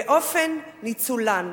ולאופן ניצולן.